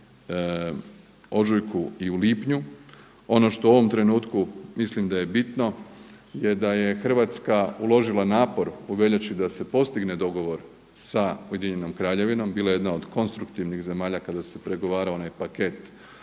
ožujku i u lipnju ono što u ovom trenutku mislim da je bitno je da je Hrvatska uložila napor u veljači da se postigne dogovor sa Ujedinjenom kraljevinom bila jedna od konstruktivnih zemalja kada se pregovarao onaj paket